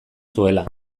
zuela